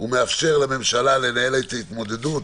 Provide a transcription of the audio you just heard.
ומאפשר לממשלה לנהל את ההתמודדות